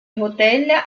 hotel